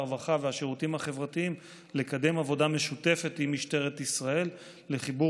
הרווחה והשירותים החברתיים לקדם עבודה משותפת עם משטרת ישראל לחיבור